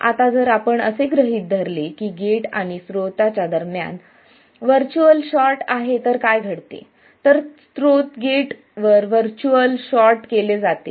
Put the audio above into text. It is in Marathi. आता जर आपण असे गृहित धरले की गेट आणि स्त्रोत यांच्या दरम्यान व्हर्च्युअल शॉर्ट आहे तर काय घडते तर स्रोत गेटवर व्हर्च्युअल शॉर्ट केले जाते